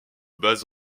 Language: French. bases